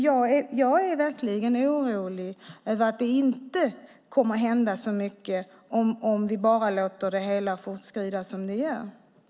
Jag är verkligen orolig för att det inte kommer att hända så mycket om vi bara låter det hela fortskrida som det gör, tyvärr.